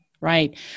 right